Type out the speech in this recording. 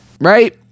Right